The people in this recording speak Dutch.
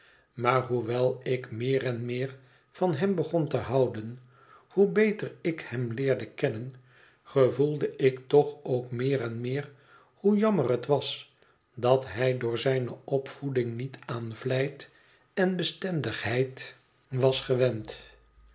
maar hoewel ik meer en meer van hem begon te houden hoe beter ik hem leerde kennen gevoelde ik toch ook meer en meer hoe jammer het was dat hij door zijne opvoeding niet aan vlijt en bestendigheid was